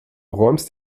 räumst